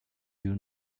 you